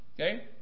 Okay